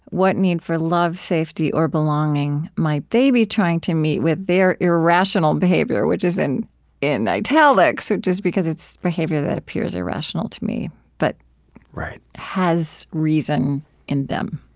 what need for love, safety, or belonging might they be trying to meet with their irrational behavior? which is in in italics, just because it's behavior that appears irrational to me but has reason in them